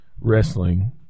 wrestling